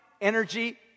energy